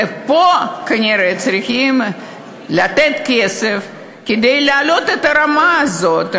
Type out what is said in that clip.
ופה כנראה צריכים לתת כסף כדי להעלות את הרמה הזאת,